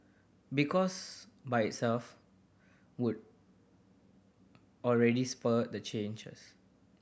because by itself would already spur the changes